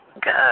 Good